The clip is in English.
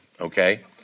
okay